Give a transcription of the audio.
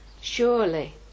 Surely